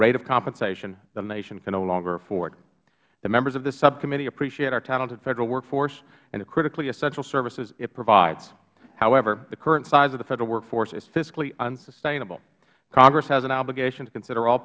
rate of compensation the nation can no longer afford the members of this subcommittee appreciate our talented federal workforce and the critically essential services it provides however the current size of the federal workforce is fiscally unsustainable congress has an obligation to consider all